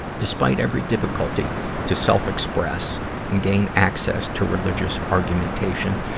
despite every difficulty to self-express and gain access to religious argumentation,